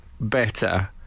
better